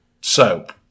soap